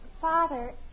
Father